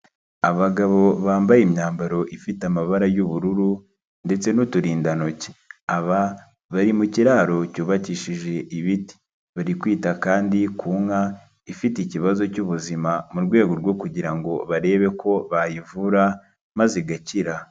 Abagabo bambaye imyambaro ifite amabara y'ubururu ndetse n'uturindantoki, aba bari mu kiraro cyubakishije ibiti, bari kwita kandi ku nka ifite ikibazo cy'ubuzima mu rwego rwo kugira ngo barebe ko bayivura maze igakira.